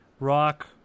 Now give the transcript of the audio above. rock